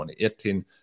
2018